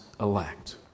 elect